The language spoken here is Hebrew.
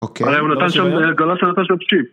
‫אוקיי. ‫-אולי הוא נותן שם גול, ‫אולי הוא נותן שם צ'יפ.